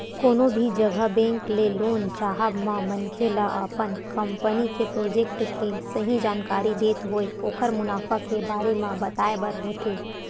कोनो भी जघा बेंक ले लोन चाहब म मनखे ल अपन कंपनी के प्रोजेक्ट के सही जानकारी देत होय ओखर मुनाफा के बारे म बताय बर होथे